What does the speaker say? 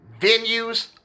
venues